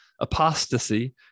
apostasy